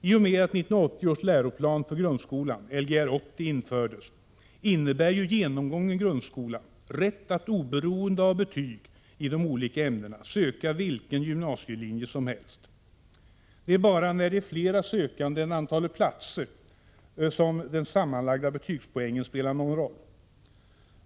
IT och med införandet av 1980 års läroplan för grundskolan innebär genomgången grundskola att man har rätt att oberoende av betyg i de olika ämnena söka vilken gymnasielinje som helst. Det är bara när antalet sökande är större än antalet platser som den sammanlagda betygspoängen spelar någon roll.